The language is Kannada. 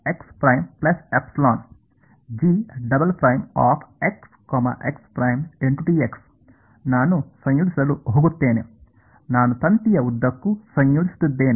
ನಾನು ತಂತಿಯ ಉದ್ದಕ್ಕೂ ಸಂಯೋಜಿಸುತ್ತಿದ್ದೇನೆ